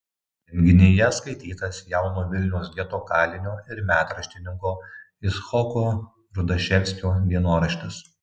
renginyje skaitytas jauno vilniaus geto kalinio ir metraštininko icchoko rudaševskio dienoraštis